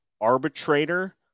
arbitrator